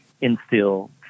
instill